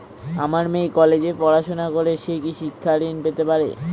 আমার মেয়ে কলেজে পড়াশোনা করে সে কি শিক্ষা ঋণ পেতে পারে?